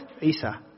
Isa